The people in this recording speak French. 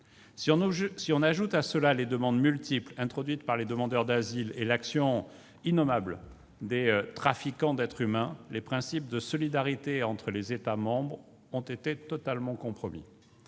Si on ajoute à cela les demandes multiples introduites par les demandeurs d'asile et l'action innommable des trafiquants d'êtres humains, les principes de solidarité entre les États membres ont été totalement compromis.